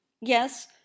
Yes